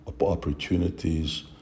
opportunities